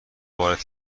وارد